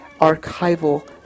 archival